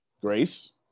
Grace